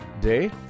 day